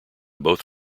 both